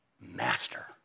master